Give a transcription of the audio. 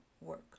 work